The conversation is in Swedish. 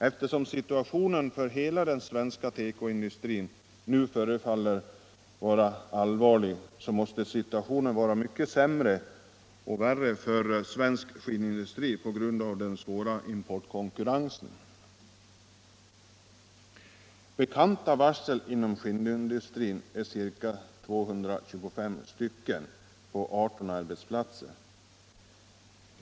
Eftersom situationen för hela den svenska tekoindustrin nu förefaller att vara allvarlig, så måste situationen vara mycket sämre för svensk skinnindustri på grund av denna svåra importkonkurrens. Bekanta varsel inom skinnindustrin är ca 225 stycken på 18 arbetsplatser.